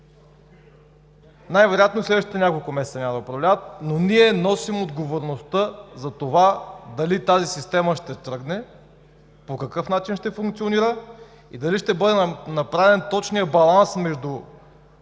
Най-вероятно и в следващите няколко месеца няма да управляват, но ние носим отговорността дали тази система ще тръгне, по какъв начин ще функционира и дали ще бъде направен точният баланс между